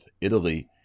Italy